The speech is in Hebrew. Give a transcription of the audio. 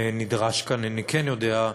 נדרש כאן, אני כן יודע,